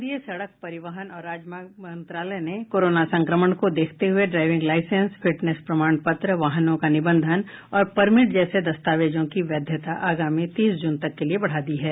केन्द्रीय सड़क परिवहन और राजमार्ग मंत्रालय ने कोरोना संक्रमण को देखते हुए ड्राइविंग लाईसेंस फिटनेस प्रमाण पत्र वाहनों का निबंधन और परमिट जैसे दस्तावेजों की वैधता आगामी तीस जून तक के लिए बढ़ा दी है